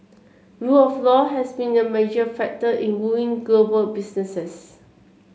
rule of law has been a major factor in wooing global businesses